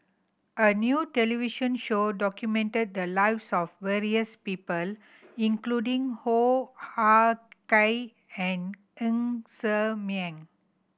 a new television show documented the lives of various people including Hoo Ah Kay and Ng Ser Miang